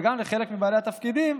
וגם לחלק מבעלי התפקידים,